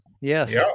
Yes